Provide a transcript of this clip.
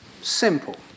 Simple